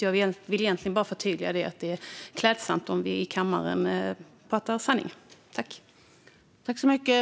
Jag vill bara förtydliga detta. Det är klädsamt om vi talar sanning i kammaren.